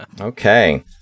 Okay